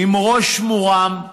עם ראש מורם,